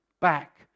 back